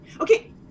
Okay